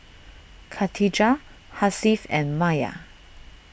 Khatijah Hasif and Maya